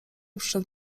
przyszedł